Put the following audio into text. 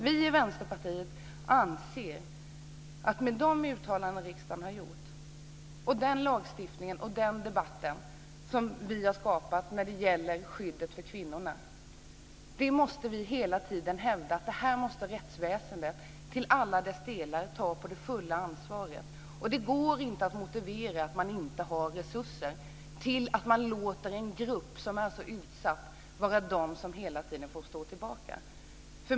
Vi i Vänsterpartiet anser att vi hela tiden måste hävda att rättsväsendet i alla dess delar måste ta det fulla ansvaret, med tanke på de uttalanden riksdagen har gjort, den lagstiftning vi har skapat och den debatt vi har fört när det gäller skyddet för kvinnorna. Det går inte att motivera att man låter en grupp som är så utsatt hela tiden få stå tillbaka med att man inte har resurser.